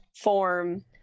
form